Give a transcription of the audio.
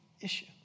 issue